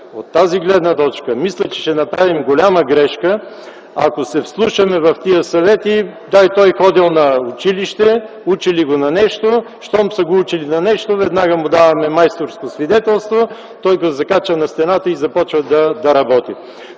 От тази гледна точка мисля, че ще направим голяма грешка, ако се вслушваме в тези съвети – ходил на училище, учили го на нещо, и щом са го уличили на нещо, веднага му даваме майсторско свидетелство, той го закачва на стената и започва да работи.